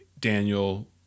Daniel